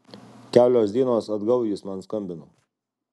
kelios dienos atgal jis man skambino